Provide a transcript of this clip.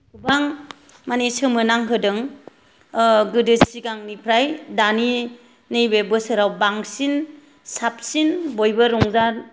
गोबां माने सोमोनांहोदों गोदो सिगांनिफ्राय दानि नैबे बोसोराव बांसिन साबसिन बयबो रंजा